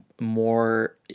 more